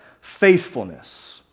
faithfulness